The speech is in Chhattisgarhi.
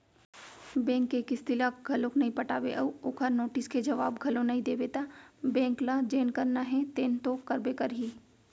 बेंक के किस्ती ल घलोक नइ पटाबे अउ ओखर नोटिस के जवाब घलोक नइ देबे त बेंक ल जेन करना हे तेन तो करबे करही